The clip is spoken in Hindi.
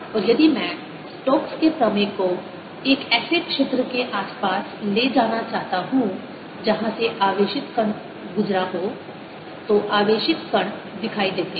और यदि मैं स्टोक्स के प्रमेय Stokes' theorem को एक ऐसे क्षेत्र के आसपास ले जाना चाहता हूं जहां से आवेशित कण गुजरा हो तो आवेशित कण दिखाई देते हैं